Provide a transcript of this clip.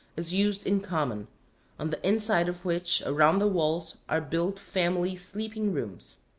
is used in common on the inside of which, around the walls, are built family sleeping-rooms.